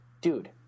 dude